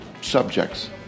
subjects